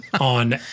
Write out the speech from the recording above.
On